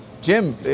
Jim